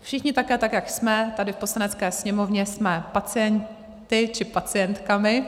Všichni také, tak jak jsme tady v Poslanecké sněmovně, jsme pacienty či pacientkami.